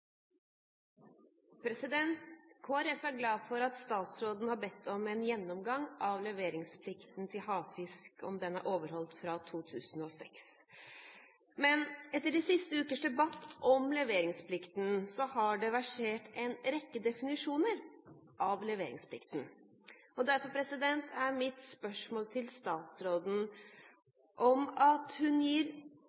glad for at statsråden har bedt om en gjennomgang av leveringsplikten til havfisk og om den er overholdt fra 2006. Men etter de siste ukers debatt om leveringsplikten har det versert en rekke definisjoner av leveringsplikten. Derfor er mitt spørsmål til statsråden: